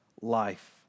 life